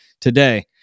today